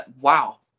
wow